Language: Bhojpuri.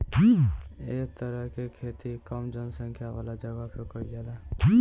ए तरह के खेती कम जनसंख्या वाला जगह पे कईल जाला